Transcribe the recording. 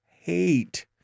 Hate